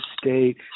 state